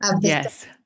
Yes